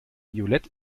violett